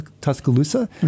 Tuscaloosa